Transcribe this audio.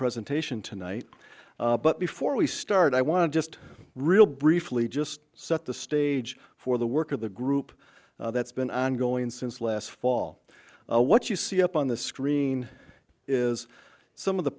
presentation tonight but before we start i want to just real briefly just set the stage for the work of the group that's been ongoing since last fall what you see up on the screen is some of the